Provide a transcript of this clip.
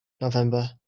November